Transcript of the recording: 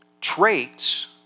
traits